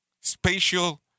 Spatial